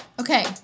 Okay